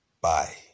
Bye